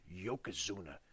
Yokozuna